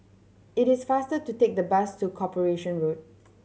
it is faster to take the bus to Corporation Road